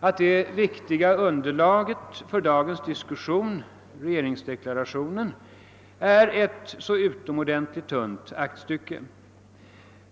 att det viktiga underlaget för dagens diskussion, regeringsdeklarationen, är ett så utomordentligt tunt aktstycke.